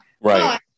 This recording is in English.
right